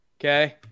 Okay